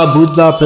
Buddha